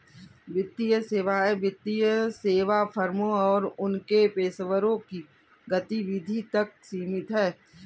वित्तीय सेवाएं वित्तीय सेवा फर्मों और उनके पेशेवरों की गतिविधि तक सीमित हैं